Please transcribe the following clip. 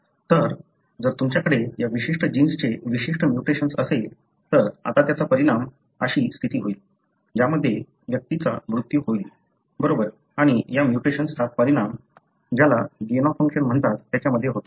म्हणून जर तुमच्याकडे या विशिष्ट जीन्सचे विशिष्ट म्युटेशन्स असेल तर आता त्याचा परिणाम अशी स्थिती होईल ज्यामध्ये व्यक्तीचा मृत्यू होईल बरोबर आणि या म्युटेशन्सचा परिणाम ज्याला गेन ऑफ फंक्शन मध्ये होतो